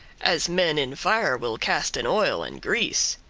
as men in fire will casten oil and grease.